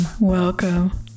Welcome